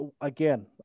again